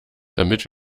damit